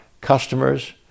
customers